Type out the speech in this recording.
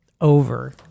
Over